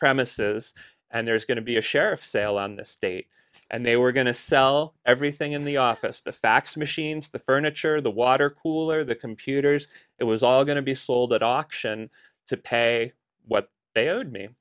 premises and there's going to be a sheriff's sale on the state and they were going to sell everything in the office the fax machines the furniture the watercooler the computers it was all going to be sold at auction to pay what they owed me